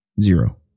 Zero